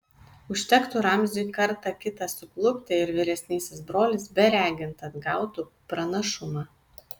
užtektų ramziui kartą kitą suklupti ir vyresnysis brolis beregint atgautų pranašumą